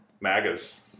Magas